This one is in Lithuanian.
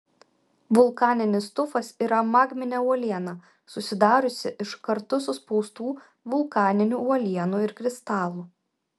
vulkaninis tufas yra magminė uoliena susidariusi iš kartu suspaustų vulkaninių uolienų ir kristalų